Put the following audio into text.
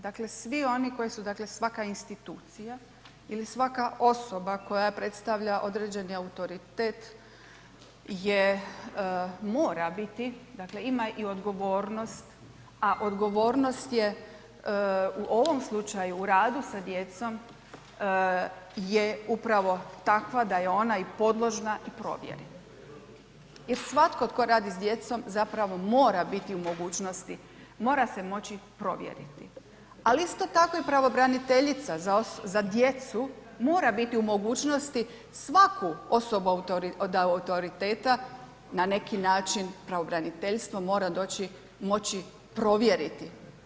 Dakle, svi oni koji su dakle, svaka institucija ili svaka osoba koja predstavlja određeni autoritet je, mora biti dakle ima i odgovornost, a odgovornost je u ovom slučaju u radu sa djecom je upravo takva da je ona i podložna promjeni jer svatko tko radi s djecom zapravo mora biti u mogućnosti, mora se moći provjeriti, ali isto tako i Pravobranitelja za djecu mora biti u mogućnosti svaku osobu od autoriteta, na neki način pravobraniteljstvo mora doći, moći provjeriti.